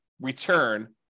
return